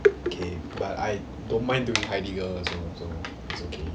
okay but I don't mind doing heidegger also so it's okay